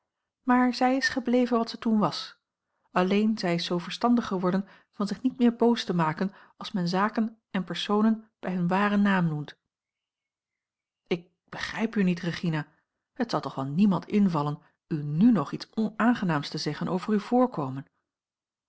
maar zij is gebleven wat ze toen was alleen zij is zoo verstandig geworden van zich niet meer boos te maken als men zaken en personen bij hun waren naam noemt ik begrijp u niet regina het zal toch wel niemand invallen u n nog iets onaangenaams te zeggen over uw voorkomen